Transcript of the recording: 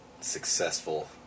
successful